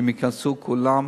ייכנסו כולם,